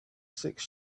six